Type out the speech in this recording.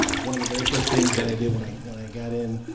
one of the very first things that i did when i when i got in,